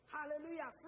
Hallelujah